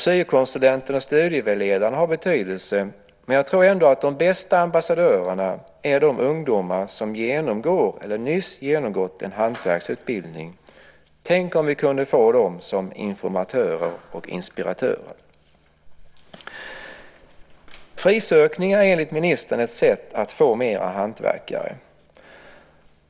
Syokonsulenter och studievägledare har betydelse, men jag tror att de bästa ambassadörerna är de ungdomar som genomgår, eller nyss genomgått, en hantverksutbildning. Tänk om vi kunde få dem som informatörer och inspiratörer! Frisökning är enligt ministern ett sätt att få fler hantverkare.